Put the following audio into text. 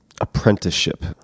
apprenticeship